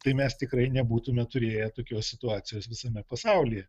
tai mes tikrai nebūtume turėję tokios situacijos visame pasaulyje